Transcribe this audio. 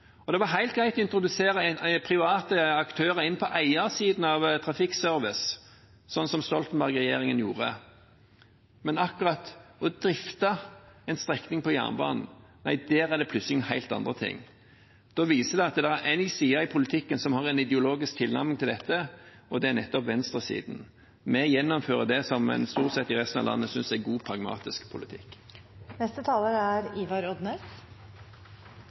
og det var helt greit å introdusere private aktører på eiersiden av Trafikkservice, sånn som Stoltenberg-regjeringen gjorde. Men akkurat å drifte en strekning på jernbanen – nei, der er det plutselig noen helt andre ting. Da viser de at det er en side i politikken som har en ideologisk tilnærming til dette, og det er nettopp venstresiden. Vi gjennomfører det som en i resten av landet stort sett synes er god, pragmatisk politikk. Det er